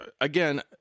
again